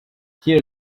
here